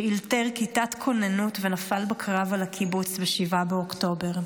שאלתר כיתת כוננות ונפל בקרב על הקיבוץ ב-7 באוקטובר.